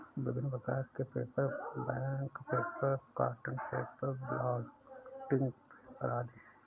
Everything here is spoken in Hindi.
विभिन्न प्रकार के paper, bank paper, cotton paper, blotting paper आदि हैं